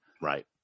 Right